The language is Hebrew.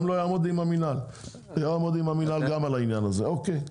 גם לא אעמוד המינהל על העניין הזה אוקיי?